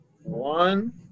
one